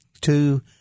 two